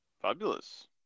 Fabulous